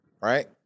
right